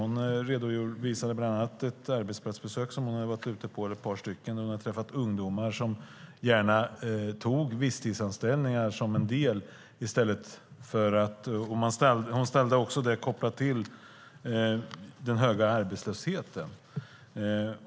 Hon redovisade bland annat ett par arbetsplatsbesök som hon hade varit ute på där hon hade träffat ungdomar som gärna tog visstidsanställningar. Hon kopplade det också till den höga arbetslösheten.